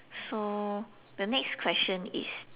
so the next question is